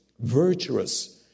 virtuous